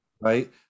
right